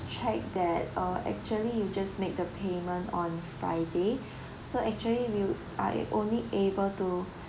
check that uh actually you just made the payment on friday so actually we are only able to